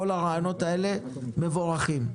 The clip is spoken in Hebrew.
כל הרעיונות האלה מבורכים.